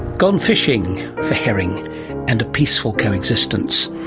gone fishing for herring and a peaceful coexistence.